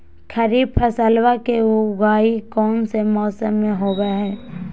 खरीफ फसलवा के उगाई कौन से मौसमा मे होवय है?